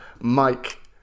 Mike